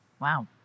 wow